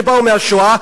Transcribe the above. שבאו מהשואה,